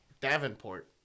Davenport